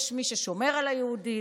יש מי ששומר על היהודית.